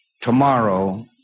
Tomorrow